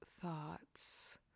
thoughts